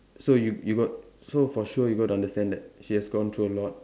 so you you got so for sure you got to understand that she has gone through a lot